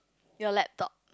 your laptop